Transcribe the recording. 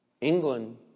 England